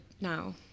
now